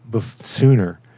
sooner